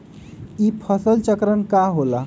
ई फसल चक्रण का होला?